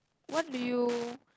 what do you